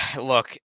look